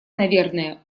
наверное